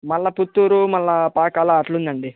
మళ్ళీ పుత్తూరు మళ్ళీ పాకాల అట్లుందండీ